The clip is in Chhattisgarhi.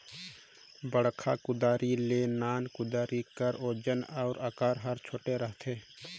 बड़खा कुदारी ले नान कुदारी कर ओजन अउ अकार हर छोटे रहथे